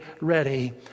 ready